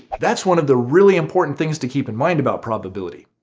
that's one of the really important things to keep in mind about probability.